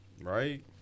Right